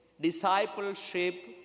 discipleship